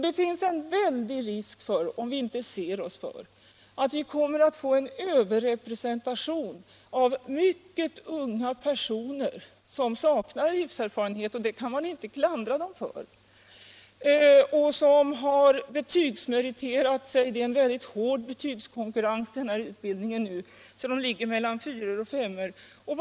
Det finns en stor risk för, om vi inte ser upp, att vi kommer att få en överrepresentation av mycket unga personer som saknar livserfarenhet — och det kan man inte klandra dem för — och som har betygsmeriterat sig i en väldigt hård betygskonkurrens där det krävs mellan fyror och femmor för att komma in i utbildningen.